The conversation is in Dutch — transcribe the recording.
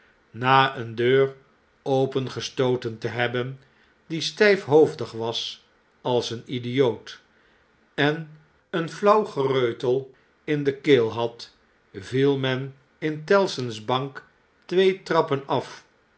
na eene deur opengestooten te hebben die stijfhoofdig was als een idioot en een flauw gereutel in de keel had viel men in tellson's bank twee trappen af